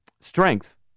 strength